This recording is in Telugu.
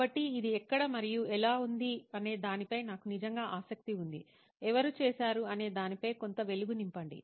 కాబట్టి ఇది ఎక్కడ మరియు ఎలా ఉంది అనే దానిపై నాకు నిజంగా ఆసక్తి ఉంది ఎవరు చేసారు అనే దానిపై కొంత వెలుగు నింపండి